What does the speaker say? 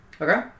Okay